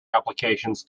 applications